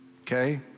Okay